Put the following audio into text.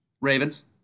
Ravens